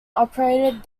operated